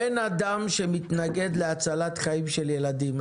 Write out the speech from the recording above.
אין אדם שמתנגד להצלת חיים של ילדים.